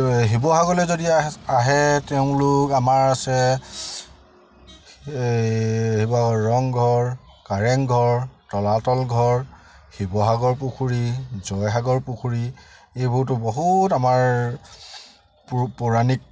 এই শিৱসাগৰলৈ যদি আ আহে তেওঁলোক আমাৰ আছে এই শিৱসাগৰ ৰংঘৰ কাৰেংঘৰ তলাতল ঘৰ শিৱসাগৰ পুখুৰী জয়সাগৰ পুখুৰী এইবোৰতো বহুত আমাৰ এইবোৰ পৌৰাণিক